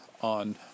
on